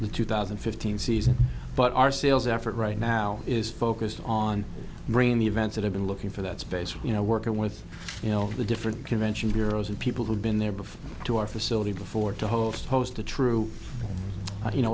the two thousand and fifteen season but our sales effort right now is focused on bringing the events that have been looking for that space for you know working with you know the different convention bureaus and people who'd been there before to our facility before to host host a true you know